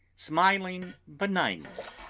smiling benignly.